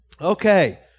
okay